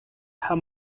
her